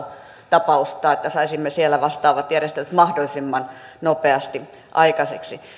tapausta että saisimme siellä vastaavat järjestelyt mahdollisimman nopeasti aikaiseksi